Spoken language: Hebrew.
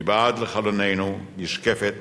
מבעד לחלוננו נשקפות